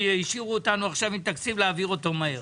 והשאירו אותנו עכשיו עם תקציב שצריך להעביר אותו מהר.